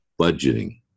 budgeting